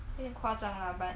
有点夸张 lah but